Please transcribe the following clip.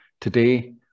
Today